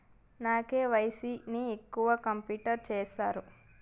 నా కే.వై.సీ ని ఎక్కడ కంప్లీట్ చేస్తరు?